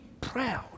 proud